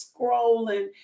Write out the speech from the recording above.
scrolling